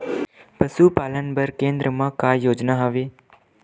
पशुपालन बर केन्द्र म का योजना हवे?